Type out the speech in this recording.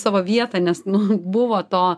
savo vietą nes nu buvo to